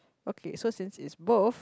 okay so since it's both